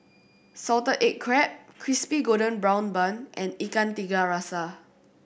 salted egg crab Crispy Golden Brown Bun and Ikan Tiga Rasa